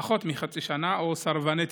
פחות מחצי שנה, או סרבני טיפול.